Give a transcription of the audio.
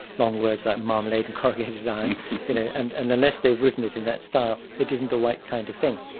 long words like marmalade and corrugated iron you know, and and unless they've written it in that style, it isn't the right kind of thing.